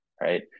right